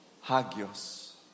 Hagios